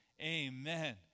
Amen